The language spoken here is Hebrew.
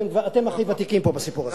אתם הכי ותיקים פה בסיפור הזה.